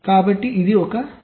కాబట్టి ఇది ఒక సమస్య